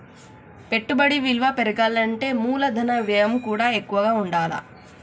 పెట్టుబడి విలువ పెరగాలంటే మూలధన వ్యయం కూడా ఎక్కువగా ఉండాల్ల